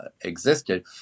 existed